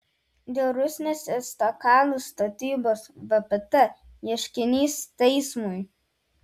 dėl rusnės estakados statybos vpt ieškinys teismui